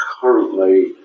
currently